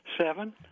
Seven